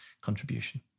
contribution